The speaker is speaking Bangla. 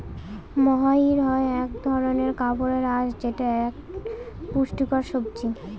মহাইর হয় এক ধরনের কাপড়ের আঁশ যেটা এক পুষ্টিকর সবজি